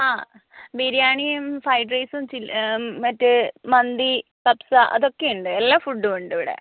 ആ ബിരിയാണിയും ഫ്രൈഡ് റൈസും ചിൽ മറ്റേ മന്തി കബ്സാ അതൊക്കെ ഉണ്ട് എല്ലാ ഫുഡും ഉണ്ട് ഇവിടെ